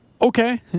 Okay